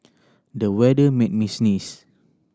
the weather made me sneeze